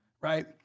right